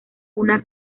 una